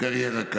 הקריירה כאן.